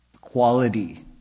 quality